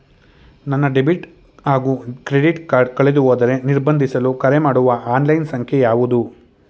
ನನ್ನ ಡೆಬಿಟ್ ಹಾಗೂ credit card ಕಳೆದುಹೋದರೆ ನಿರ್ಬಂಧಿಸಲು ಕರೆಮಾಡುವ ಆನ್ಲೈನ್ ಸಂಖ್ಯೆಯಾವುದು?